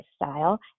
lifestyle